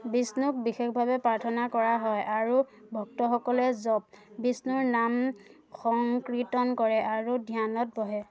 বিষ্ণুক বিশেষভাৱে প্ৰাৰ্থনা কৰা হয় আৰু ভক্তসকলে জপ বিষ্ণুৰ নাম সংকীৰ্তন কৰে আৰু ধ্যানত বহে